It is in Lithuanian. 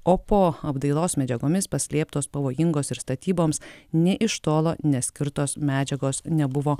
o po apdailos medžiagomis paslėptos pavojingos ir statyboms nė iš tolo neskirtos medžiagos nebuvo